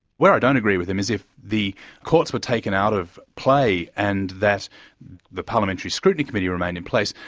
where i don't agree with him is if the courts were taken out of play and that the parliamentary scrutiny committee remained in place,